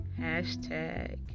hashtag